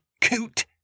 coot